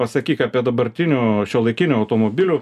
pasakyk apie dabartinių šiuolaikinių automobilių